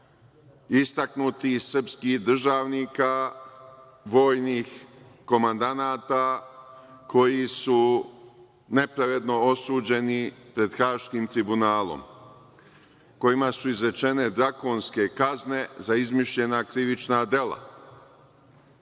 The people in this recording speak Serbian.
istaknutih srpskih državnika, vojnih komandanata koji su nepravedno osuđeni pred Haškim tribunalom, kojima su izrečene drakonske kazne za izmišljena krivična dela? Vi